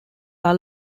are